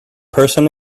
person